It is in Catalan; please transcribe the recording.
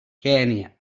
kenya